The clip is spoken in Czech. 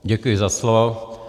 Děkuji za slovo.